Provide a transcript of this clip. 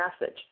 message